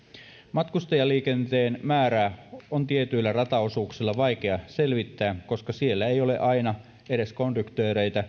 matkustajaliikenteen määrää on tietyillä rataosuuksilla vaikea selvittää koska siellä ei ole aina edes konduktöörejä